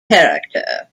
character